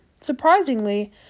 Surprisingly